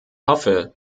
hoffe